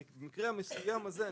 במקרה המסוים הזה,